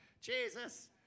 Jesus